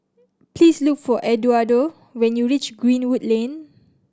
please look for Eduardo when you reach Greenwood Lane